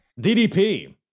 DDP